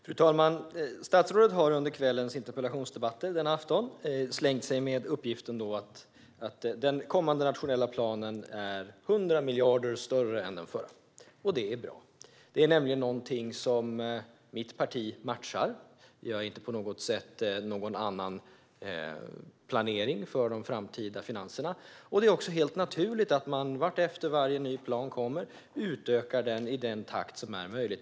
Fru talman! Statsrådet har under denna aftons interpellationsdebatter slängt sig med uppgiften att den kommande nationella planen är 100 miljarder större än den förra. Det är bra. Det är nämligen någonting som mitt parti matchar. Vi har inte på något sätt någon annan planering för de framtida finanserna. Det är också helt naturligt att man vartefter varje ny plan kommer utökar den i den takt som är möjlig.